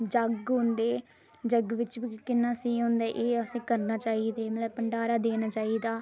जग होंदे जग बिच किन्ना स्हेई होंदा एह् असें करने चाहिदे मतलब भंडारा देना चाहिदा